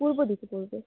পূর্ব দিকে পড়বে